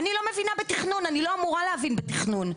אני לא מבינה בתכנון, אני לא אמורה להבין בתכנון.